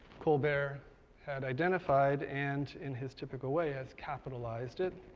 colbert had identified, and in his typical way has capitalized it,